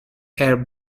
air